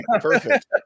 perfect